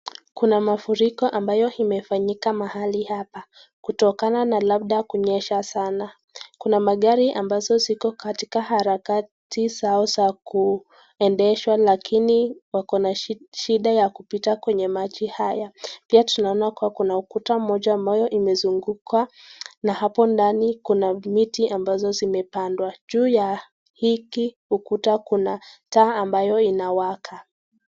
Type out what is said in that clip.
Kuna mafuriko ambayo imefanyika mahali hapo kutokana na labda kunyesha sana. Kuna magari ambazo ziko katika harakati zao za kuendeshwa lakini wakona shida ya kupita kwenye maji haya. Pia tunaona kuwa kuna ukuta mmoja ambayo imezungukwa na hapo ndani kuna miti ambazo zimepandwa. Juu ya hiki ukuta kuna taa ambayo inawaka.